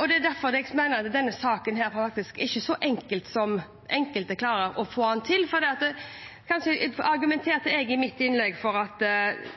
og det er derfor jeg mener at denne saken faktisk ikke er så enkel som enkelte klarer å få den til å være. Kanskje argumenterte jeg i mitt innlegg for at